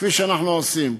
כפי שאנחנו עושים.